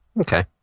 Okay